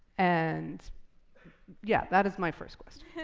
and yeah, that is my first question.